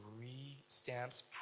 re-stamps